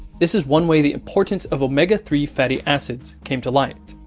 this is one way the importance of omega three fatty acids came to light.